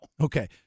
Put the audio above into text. Okay